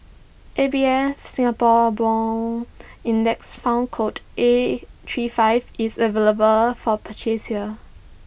A B F Singapore Bond index fund code A three five is available for purchase here